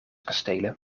kastelen